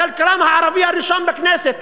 הכלכלן הערבי הראשון בכנסת,